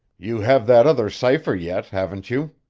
you have that other cipher yet, haven't you?